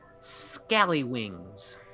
scallywings